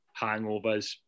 hangovers